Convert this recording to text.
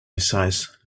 missiles